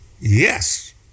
Yes